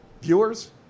Viewers